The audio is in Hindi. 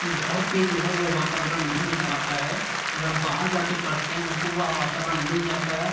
कि घर पर जो है वो वातावरण नहीं मिल पाता है वह बाहर जा के पढ़ते हैं उनको वह वातावरण मिल जाता है